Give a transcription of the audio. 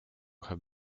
have